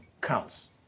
counts